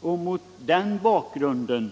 Mot den bakgrunden